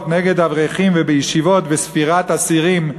נגד אברכים ובישיבות וספירת אסירים,